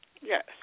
Yes